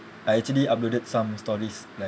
I actually uploaded some stories like